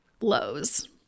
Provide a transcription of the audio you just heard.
lows